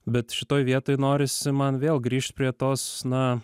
bet šitoj vietoj norisi man vėl grįšt prie tos na